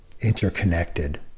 interconnected